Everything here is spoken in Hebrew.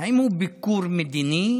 אם הוא ביקור מדיני